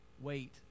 wait